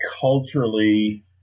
culturally